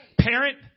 Parent